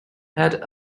had